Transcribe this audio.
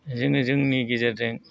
जों जोंनि गेजेरजों